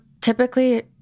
typically